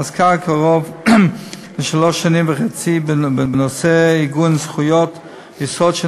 עסקה קרוב לשלוש שנים וחצי בנושא עיגון זכויות יסוד של